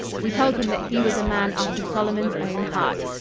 we told him that he was a man after solomon's own heart.